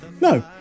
No